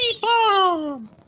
bomb